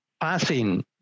passing